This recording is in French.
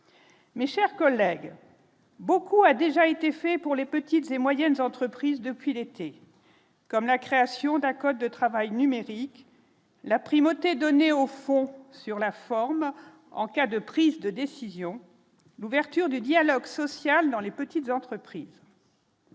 Mais, chers collègues, beaucoup a déjà été fait pour les petites et moyennes entreprises depuis l'été, comme la création d'un code de travail numérique la primauté donnée au fond sur la forme, en cas de prise de décision, l'ouverture du dialogue social dans les petites entreprises.